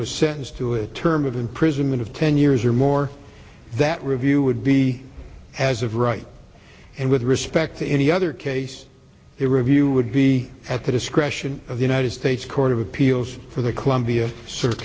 was sentenced to a term of imprisonment of ten years or more that review would be as of right and with respect to any other case it review would be at the discretion of the united states court of appeals for the columbia sort of